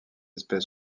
espèce